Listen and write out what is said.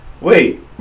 wait